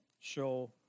show